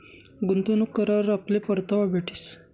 गुंतवणूक करावर आपले परतावा भेटीस